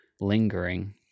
lingering